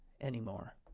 anymore